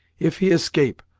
if he escape,